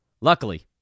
Luckily